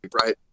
right